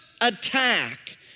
attack